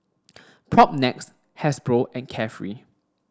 Propnex Hasbro and Carefree